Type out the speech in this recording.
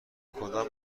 کدام